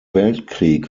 weltkrieg